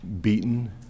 beaten